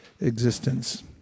existence